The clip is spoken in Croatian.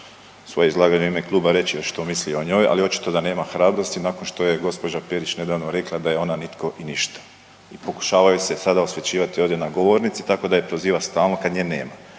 svoje izlaganje u ime kluba reći što misli o njoj, ali očito da nema hrabrosti nakon što je gospođa Perić nedavno rekla da je ona nitko i ništa. Pokušava joj se sada osvećivati ovdje na govornici tako da je proziva stalno kad nje nema,